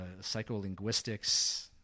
psycholinguistics